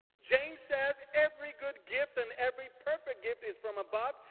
james says, every good gift and every perfect gift is from above.